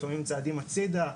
לפעמים צעדים הצדה,